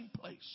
place